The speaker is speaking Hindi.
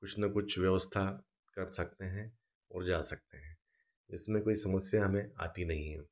कुछ न कुछ व्यवस्था कर सकते हैं और जा सकते हैं इसमें कोई समस्या हमें आती नहीं है